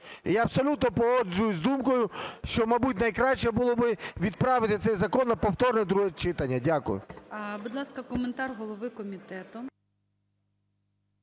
я абсолютно погоджуюсь з думкою, що, мабуть, найкраще було би відправити цей закон на повторне друге читання. Дякую.